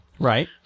Right